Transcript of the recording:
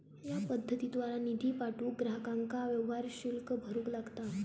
या पद्धतीद्वारा निधी पाठवूक ग्राहकांका व्यवहार शुल्क भरूक लागता